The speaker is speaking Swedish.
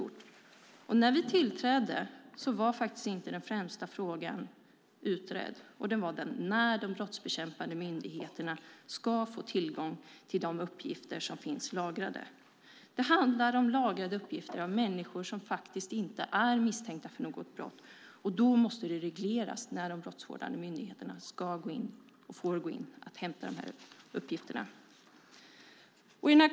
När alliansregeringen tillträdde var inte den främsta frågan utredd, nämligen när de brottsbekämpande myndigheterna ska få tillgång till de uppgifter som finns lagrade. Det handlar om lagrade uppgifter från människor som faktiskt inte är misstänkta för något brott. Då måste det regleras när de rättsvårdande myndigheterna ska och får gå in och hämta uppgifterna. Herr talman!